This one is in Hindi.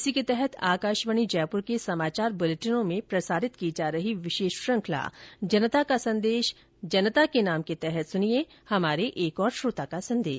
इसी के तहत आकाशवाणी जयपुर के समाचार बुलेटिनों में प्रसारित की जा रही विशेष श्रुखंला जनता का संदेश जनता के नाम के तहत सुनिये हमारे श्रोता का संदेश